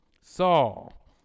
Saul